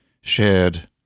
shared